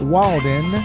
Walden